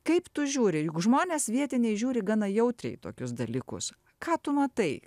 kaip tu žiūri juk žmonės vietiniai žiūri gana jautriai į tokius dalykus ką tu matai